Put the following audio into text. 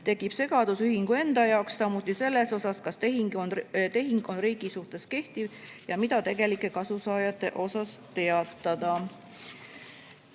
tekib segadus ühingu enda jaoks, samuti selles osas, kas tehing on riigi suhtes kehtiv ja mida tegelike kasusaajate osas teatada. Edasi